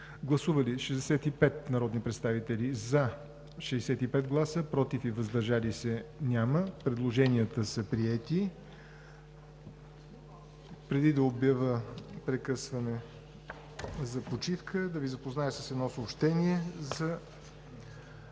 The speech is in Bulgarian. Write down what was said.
Гласували 65 народни представители: за 65, против и въздържали се няма. Предложенията са приети. Преди да обява прекъсване за почивка, ще Ви запозная с едно съобщение.